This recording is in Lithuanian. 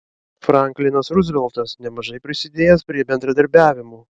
franklinas ruzveltas nemažai prisidėjęs prie bendradarbiavimo